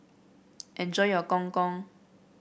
enjoy your Gong Gong